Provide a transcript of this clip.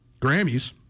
Grammys